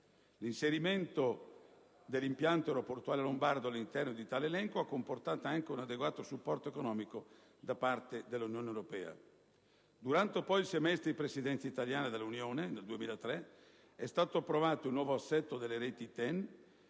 L'inserimento dell'impianto aeroportuale lombardo all'interno di tale elenco ha comportato anche un adeguato supporto economico da parte dell'Unione europea. Durante il semestre di Presidenza italiana dell'Unione europea, nel 2003, è stato approvato il nuovo assetto delle reti TEN,